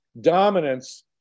dominance